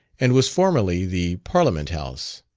and was formerly the parliament house.